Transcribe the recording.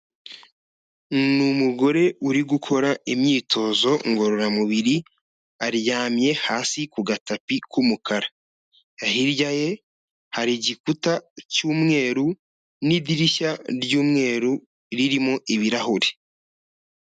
Ni umugore uri gukora imyitozo ngororamubiri aryamye hasi ku gatapi k'umukara, hirya ye hari igikuta cy'umweru n'idirishya ry'umweru ririmo ibirahure.